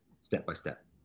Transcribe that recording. step-by-step